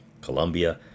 Colombia